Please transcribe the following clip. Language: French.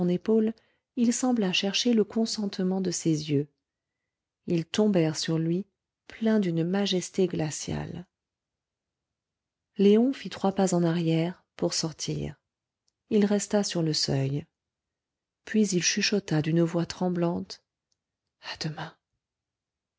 épaule il sembla chercher le consentement de ses yeux ils tombèrent sur lui pleins d'une majesté glaciale léon fit trois pas en arrière pour sortir il resta sur le seuil puis il chuchota d'une voix tremblante à demain